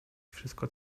wszystko